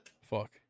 Fuck